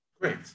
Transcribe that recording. Great